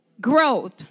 growth